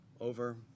over